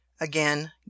again